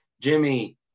Jimmy